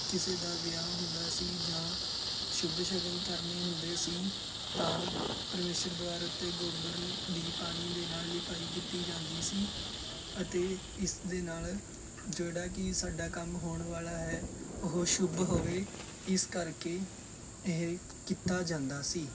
ਕਿਸੇ ਦਾ ਵਿਆਹ ਹੁੰਦਾ ਸੀ ਜਾਂ ਸ਼ੁੱਭ ਸ਼ਗਨ ਕਰਨੇ ਹੁੰਦੇ ਸੀ ਤਾਂ ਪਰਮੇਸ਼ਰ ਦੁਆਰ ਉੱਤੇ ਗੋਬਰ ਦੀ ਪਾਣੀ ਦੇ ਨਾਲ ਲਿਪਾਈ ਕੀਤੀ ਜਾਂਦੀ ਸੀ ਅਤੇ ਇਸ ਦੇ ਨਾਲ ਜਿਹੜਾ ਕਿ ਸਾਡਾ ਕੰਮ ਹੋਣ ਵਾਲਾ ਹੈ ਉਹ ਸ਼ੁੱਭ ਹੋਵੇ ਇਸ ਕਰਕੇ ਇਹ ਕੀਤਾ ਜਾਂਦਾ ਸੀ